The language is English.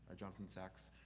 jonathan sacks.